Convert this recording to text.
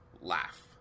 laugh